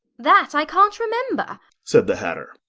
that i can't remember said the hatter.